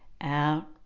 out